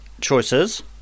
choices